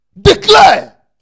Declare